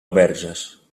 verges